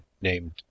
named